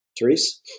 Therese